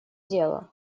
дело